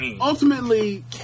ultimately